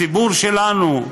הציבור שלנו,